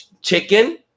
chicken